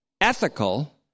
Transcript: Ethical